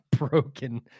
broken